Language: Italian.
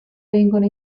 vengono